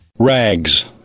rags